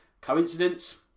coincidence